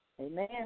Amen